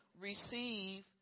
receive